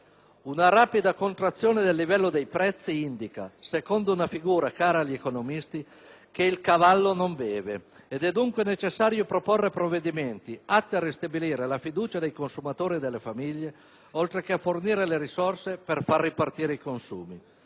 Una rapida contrazione del livello dei prezzi indica, secondo una figura cara agli economisti, che il cavallo non beve ed è dunque necessario proporre provvedimenti atti a ristabilire la fiducia dei consumatori e delle famiglie, oltre che a fornire le risorse per far ripartire i consumi.